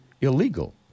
illegal